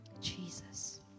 Jesus